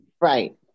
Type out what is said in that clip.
Right